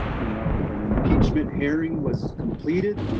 you know, an impeachment hearing was completed.